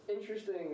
interesting